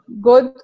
good